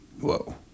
Whoa